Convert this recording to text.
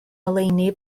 ngoleuni